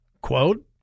Quote